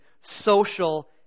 social